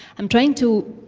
am trying to